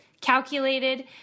calculated